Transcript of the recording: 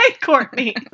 Courtney